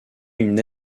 une